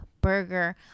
burger